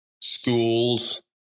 schools